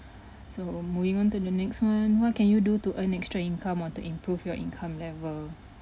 so um moving on to the next one what can you do to earn extra income or to improve your income level